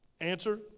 Answer